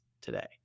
today